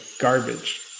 garbage